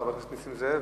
חבר הכנסת נסים זאב?